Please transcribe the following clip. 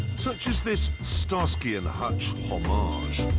such as this starsky and hutch homage.